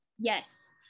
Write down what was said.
Yes